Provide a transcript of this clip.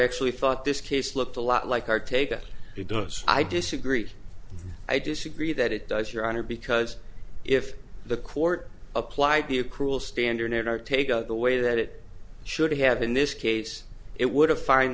actually thought this case looked a lot like our take that he does i disagree i disagree that it does your honor because if the court applied the a cruel standard in our take the way that it should have in this case it would have find